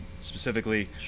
specifically